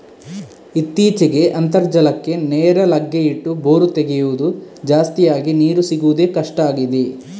ಇತ್ತೀಚೆಗೆ ಅಂತರ್ಜಲಕ್ಕೆ ನೇರ ಲಗ್ಗೆ ಇಟ್ಟು ಬೋರು ತೆಗೆಯುದು ಜಾಸ್ತಿ ಆಗಿ ನೀರು ಸಿಗುದೇ ಕಷ್ಟ ಆಗಿದೆ